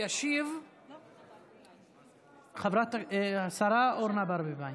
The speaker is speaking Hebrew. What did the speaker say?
תשיב השרה אורנה ברביבאי,